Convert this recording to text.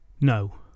No